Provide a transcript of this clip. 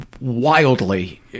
wildly